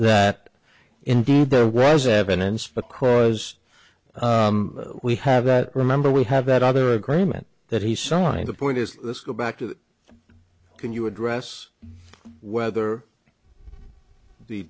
that indeed there were as evidence because we have that remember we have that other agreement that he signed the point is let's go back to can you address whether the